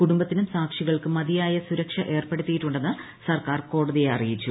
കുടുംബത്തിനും സാക്ഷികൾക്കും മതിയായ സുരക്ഷ ഏർപ്പെടുത്തിയിട്ടുണ്ടെന്ന് സർക്കാർ കോടതിയെ അറിയിച്ചു